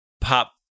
pop